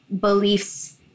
beliefs